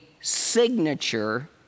signature